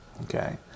Okay